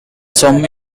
some